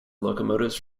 locomotives